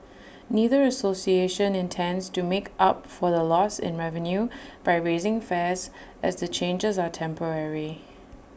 neither association intends to make up for the loss in revenue by raising fares as the changes are temporary